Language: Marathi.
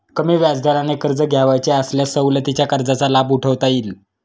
कमी व्याजदराने कर्ज घ्यावयाचे असल्यास सवलतीच्या कर्जाचा लाभ उठवता येईल